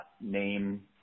name